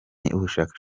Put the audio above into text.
ubushabitsi